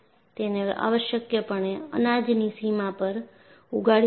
તેને આવશ્યકપણે અનાજની સીમા પર ઉગાડ્યું છે